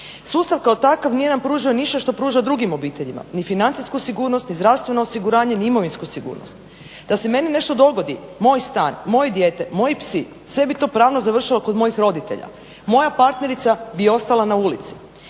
Sustav kao takav nije nam pružao ništa što pruža drugim obiteljima, ni financijsku sigurnost, ni zdravstveno osiguranje, ni imovinsku sigurnost. Da se meni nešto dogodi, moj stan, moje dijete, moji psi, sve bi to pravno završilo kod mojih roditelja, moja partnerica bi ostala na ulici.